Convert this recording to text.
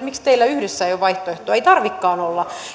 miksi teillä yhdessä ei ole vaihtoehtoa ei tarvitsekaan olla